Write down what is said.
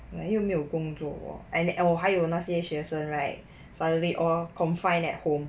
like 又没有工作喔 and and 还有那些学生 right suddenly all confined at home